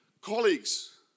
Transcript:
colleagues